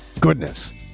Goodness